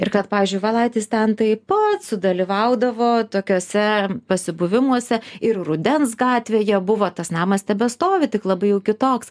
ir kad pavyzdžiui valaitis ten tai pat sudalyvaudavo tokiuose pasibuvimuose ir rudens gatvėje buvo tas namas tebestovi tik labai jau kitoks